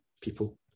people